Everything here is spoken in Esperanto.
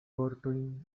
vortojn